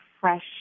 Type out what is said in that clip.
fresh